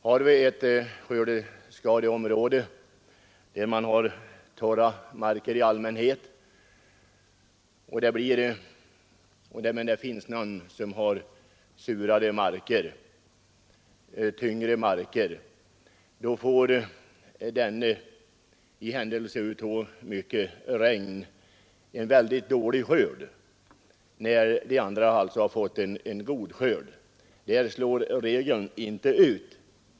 Om vi har ett skördeskadeområde, där man i allmänhet har torra marker men det finns någon som där har surare och tyngre markarealer, får denne markägare i händelse av mycket regn en mycket dålig skörd, medan de övriga har fått en god skörd. Där slår skördeskaderegeln då inte ut.